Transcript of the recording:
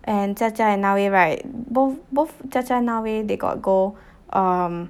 and jia jia and na wei right both both jia jia na wei they got go um